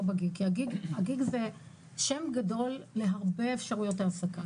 לא ב-Gig כי ה-Gig זה שם גדול להרבה אפשרויות העסקה